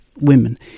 women